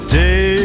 day